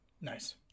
Nice